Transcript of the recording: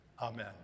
Amen